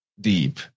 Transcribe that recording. deep